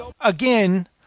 again